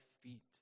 feet